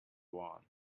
want